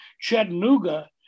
Chattanooga